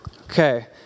Okay